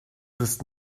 ist